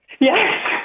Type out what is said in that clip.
Yes